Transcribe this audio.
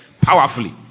powerfully